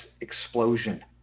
explosion